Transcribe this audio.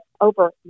over